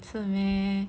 是 meh